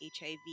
HIV